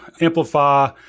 Amplify